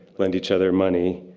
lend each other money,